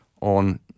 on